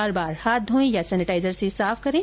बार बार हाथ धोयें या सेनेटाइजर से साफ करें